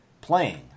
playing